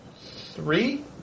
three